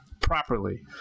properly